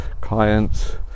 clients